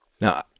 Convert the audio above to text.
Now